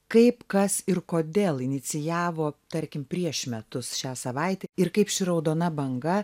kaip kas ir kodėl inicijavo tarkim prieš metus šią savaitę ir kaip ši raudona banga